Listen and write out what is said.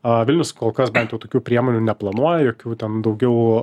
a vilnius kol kas bent jau tokių priemonių neplanuoja jokių ten daugiau